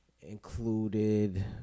included